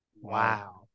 Wow